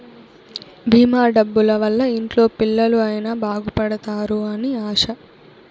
భీమా డబ్బుల వల్ల ఇంట్లో పిల్లలు అయిన బాగుపడుతారు అని ఆశ